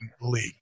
league